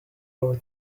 over